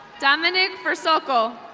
dominic persoco.